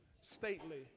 Stately